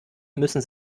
müssen